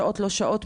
שעות לא שעות,